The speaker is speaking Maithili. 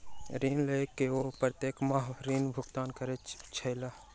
ऋण लय के ओ प्रत्येक माह ऋण भुगतान करै छलाह